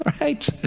right